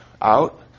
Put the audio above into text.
out